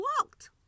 walked